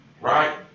right